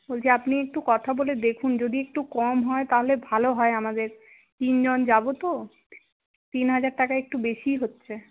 বলছি আপনি একটু কথা বলে দেখুন যদি একটু কম হয় তাহলে ভালো হয় আমাদের তিনজন যাবো তো তিন হাজার টাকা একটু বেশিই হচ্ছে